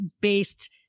based